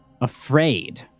afraid